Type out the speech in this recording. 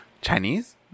Chinese